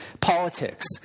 Politics